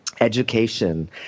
education